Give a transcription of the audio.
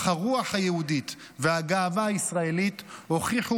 אך הרוח היהודית והגאווה הישראלית הוכיחו